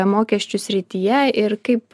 mokesčių srityje ir kaip